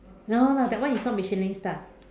no lah that one is not Michelin star